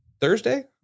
thursday